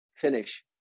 finish